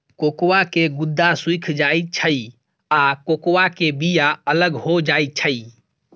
cocoa के गुद्दा सुइख जाइ छइ आ कोकोआ के बिया अलग हो जाइ छइ